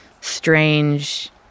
strange